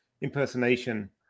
impersonation